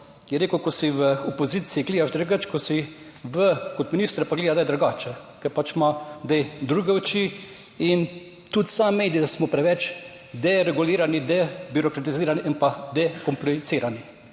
je rekel, ko si v opoziciji gledaš drugače, kot si v, kot minister pa gleda drugače, ker pač ima zdaj druge oči, in tudi sam meni, da smo preveč deregulirani, debirokratizirani in dekomproicirani